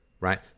right